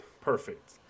perfect